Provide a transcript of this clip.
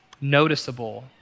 noticeable